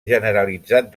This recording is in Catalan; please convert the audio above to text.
generalitzat